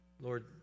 Lord